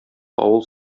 авыл